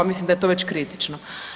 Mislim da je to već kritično.